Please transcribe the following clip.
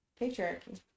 patriarchy